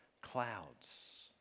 clouds